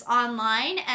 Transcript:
online